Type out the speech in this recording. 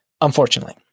Unfortunately